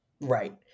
right